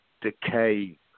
decay